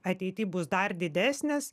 ateity bus dar didesnis